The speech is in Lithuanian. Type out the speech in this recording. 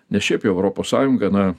nes šiaip jau europos sąjunga na